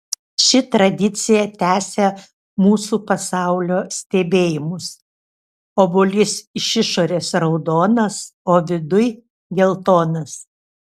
ši tradicija tęsia mūsų pasaulio stebėjimus obuolys iš išorės raudonas o viduj geltonas